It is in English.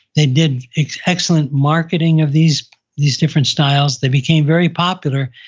they did excellent marketing of these these different styles, that became very popular,